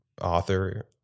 author